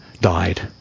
died